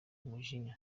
umujinya